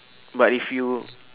but if you